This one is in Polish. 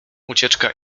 ucieczka